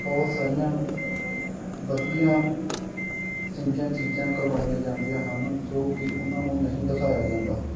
ਬਹੁਤ ਸਾਰੀਆਂ ਵਧੀਆਂ ਚੰਗੀਆਂ ਚੀਜ਼ਾਂ ਕਰਵਾਈਆਂ ਜਾਂਦੀਆਂ ਹਨ ਜੋ ਕਿ ਉਹਨਾਂ ਨੂੰ ਨਹੀਂ ਦਿਖਾਇਆ ਜਾਂਦਾ